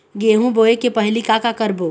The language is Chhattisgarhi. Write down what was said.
गेहूं बोए के पहेली का का करबो?